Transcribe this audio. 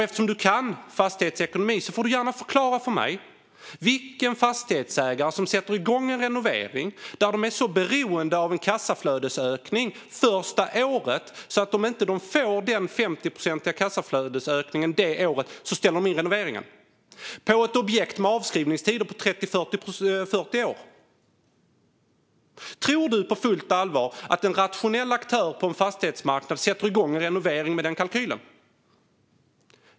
Eftersom du kan fastighetsekonomi får du gärna förklara för mig vilken fastighetsägare som sätter igång en renovering när de är beroende av en sådan kassaflödesökning första året. Om de inte får den 50-procentiga kassaflödesökningen det året ställer de in renoveringen av ett objekt med avskrivningstider på 30-40 år. Tror du på fullt allvar att en rationell aktör på en fastighetsmarknad sätter igång en renovering med den kalkylen?